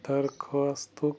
درخوٚاستُک